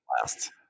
blast